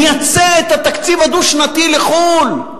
נייצא את התקציב הדו-שנתי לחו"ל.